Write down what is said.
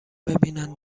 ببینن